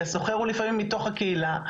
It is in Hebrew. כי הסוחר הוא לפעמים מתוך הקהילה.